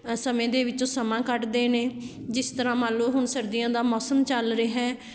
ਸਮੇਂ ਦੇ ਵਿੱਚੋਂ ਸਮਾਂ ਕੱਢਦੇ ਨੇ ਜਿਸ ਤਰ੍ਹਾਂ ਮੰਨ ਲਉ ਹੁਣ ਸਰਦੀਆਂ ਦਾ ਮੌਸਮ ਚੱਲ ਰਿਹਾ